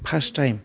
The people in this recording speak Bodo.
first time